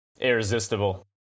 Irresistible